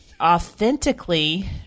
authentically